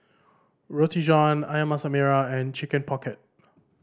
Roti John Ayam Masak Merah and Chicken Pocket